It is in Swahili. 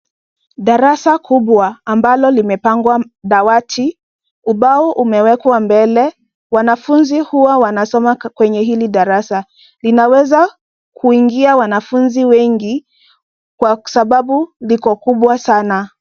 Darasa kubwa ambalo limepangwa dawati. Ubao umewekwa mbele. Wanafunzi huwa wanasoma kwenye hili darasa. Linaweza kuingia wanafunzi wengi kwa sababu liko kubwa sana.